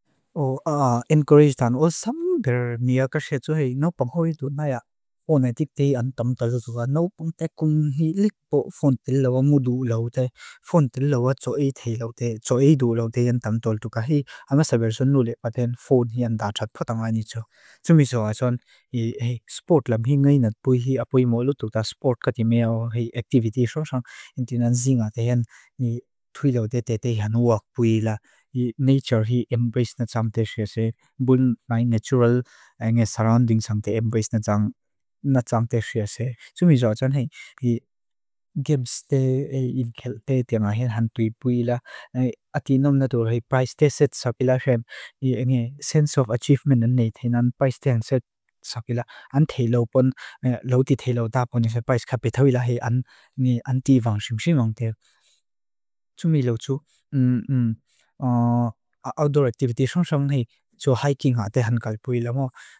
Enkuristan. Osamun per miakashetu hei. Nopang hoidu naya. Onetik tehi antam talusua. Nopang tekung hi lipo fontel lawa mudu lawute. Fontel lawa tsoe tehi lawute. Tsoe idu lawute antam tolutuka hei. Angasabersun nule paten fon hei antachat patam aani tso. Tsumiso aason hei. Sport lam hi ngayinat pui hi. Apui molututa sport katimeo hei. Activity sosang. Intinan zingat hei. Tui lawute tehi anuak pui la. Hii nature hii embrace natam teshua se. Bun ngayinat natural. Ngayinat surrounding sang te embrace natam. Natam teshua se. Tsumiso aason hei. Hii games te. Hii kel te. Atinom natur hei. Pais te set sabila shem. Sense of achievement ane. Pais te hang set sabila. An thei law pun. Lawute thei law da pun. Pais kapitawila hei. Tsumilo tsu. Outdoor activity sosang hei. Tso hiking hate hangal pui la.